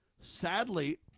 Sadly